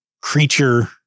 creature